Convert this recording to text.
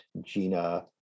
Gina